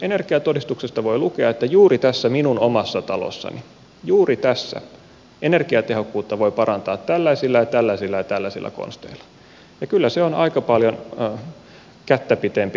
energiatodistuksesta voi lukea että juuri tässä minun omassa talossani juuri tässä energiatehokkuutta voi parantaa tällaisilla ja tällaisilla ja tällaisilla konsteilla ja kyllä se on aika paljon kättä pitempi